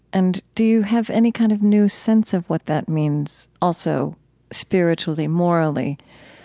and do you have any kind of new sense of what that means, also spiritually, morally?